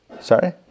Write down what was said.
Sorry